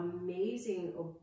amazing